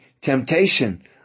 temptation